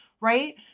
Right